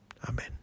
Amen